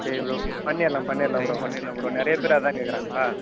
சரி ப்ரோ பண்ணிடலாம் பண்ணிடலாம் ப்ரோ பண்ணிடலாம் ப்ரோ நிறைய பேர் அதுதான் கேட்கறாங்களா